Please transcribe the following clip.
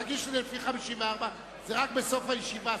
תגיש לי לפי 54. זה רק בסוף הישיבה,